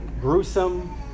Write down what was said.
gruesome